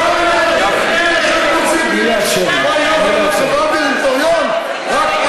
לא תמצא, ולכן,